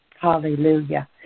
Hallelujah